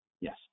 Yes